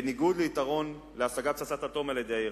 בניגוד ליתרון של השגת פצצת אטום על-ידי האירנים,